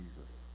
Jesus